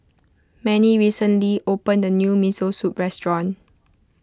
Mannie recently opened a new Miso Soup restaurant